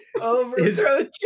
Overthrow